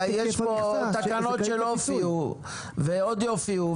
אבל יש פה תקנות שלא הופיעו ועוד יופיעו.